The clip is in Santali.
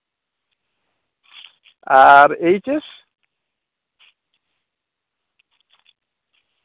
R H S